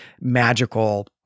magical